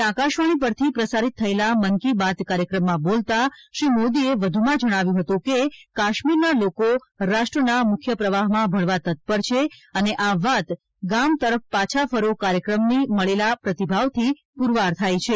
આજે આકાશવાણી પરથી પ્રસારિત થયેલા મન કી બાત કાર્યક્રમમાં બોલતાં શ્રી મોદીએ વધુમાં જણાવ્યું હતું કે કાશ્મીરના લોકો રાષ્ટ્રના મુખ્ય પ્રવાહમાં ભળવા તત્પર છે અને આ વાત ગામ તરફ પાછા ફરો કાર્યક્રમની મળેલા પ્રતિભાવ થી પુરવાર થાય છે